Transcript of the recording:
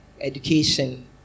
education